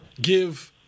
give –